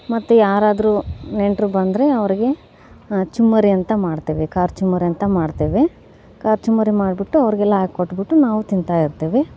ಮತ್ತು ಯಾರಾದ್ರೂ ನೆಂಟರು ಬಂದ್ರೆ ಅವ್ರಿಗೆ ಚುಮ್ಮರಿ ಅಂತ ಮಾಡ್ತೇವೆ ಖಾರ ಚುಮ್ಮರಿ ಅಂತ ಮಾಡ್ತೇವೆ ಖಾರ ಚುಮ್ಮರಿ ಮಾಡಿಬಿಟ್ಟು ಅವ್ರಿಗೆಲ್ಲ ಹಾಕಿ ಕೊಟ್ಬಿಟ್ಟು ನಾವು ತಿಂತಾಯಿರ್ತೇವೆ